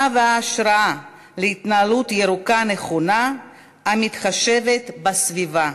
והשראה להתנהלות ירוקה נכונה המתחשבת בסביבה.